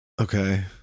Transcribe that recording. Okay